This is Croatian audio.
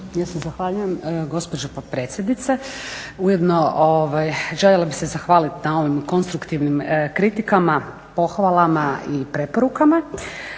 Ja se zahvaljujem gospođo potpredsjednice. Ujedno željela bih se zahvaliti na ovim konstruktivnim kritikama, pohvala i preporukama